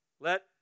let